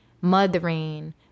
mothering